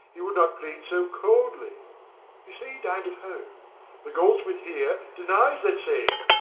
he would not plead so coldly. you say he din'd at home the goldsmith here denies that saying.